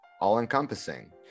all-encompassing